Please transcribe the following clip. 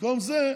במקום זה,